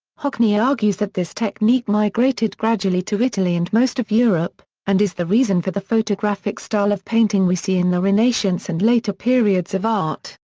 hockney argues that this technique migrated gradually to italy and most of europe, and is the reason for the photographic style of painting we see in the renaissance and later periods of art.